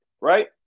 right